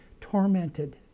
tormented